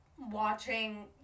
watching